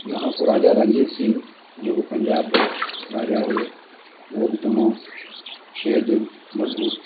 हुन खां पोइ राजा रंजीत सिंग जेको पंजाब जो राजा हुओ उहो बि तमामु शेरदिल मज़बूत